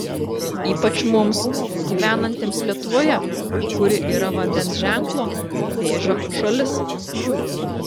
ypač mums gyvenantiems lietuvoje kuri yra vandens ženklo vėžio šalis